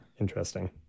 interesting